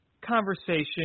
conversation